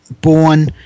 born